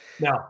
Now